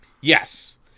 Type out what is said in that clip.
Yes